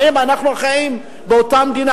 האם אנחנו חיים באותה מדינה?